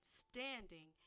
standing